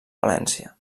valència